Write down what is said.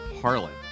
harlan